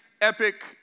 epic